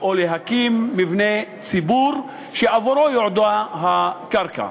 או להקים מבנה ציבור שעבורו יועדה הקרקע.